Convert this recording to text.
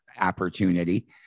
opportunity